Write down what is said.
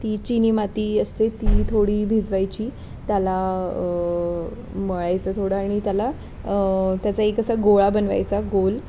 ती चिनी माती असते ती थोडी भिजवायची त्याला मळायचं थोडं आणि त्याला त्याचा एक असा गोळा बनवायचा गोल